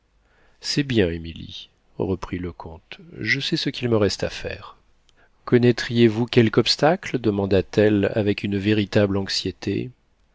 c'est bien émilie reprit le comte je sais ce qu'il me reste à faire connaîtriez vous quelque obstacle demanda-t-elle avec une véritable anxiété